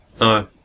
No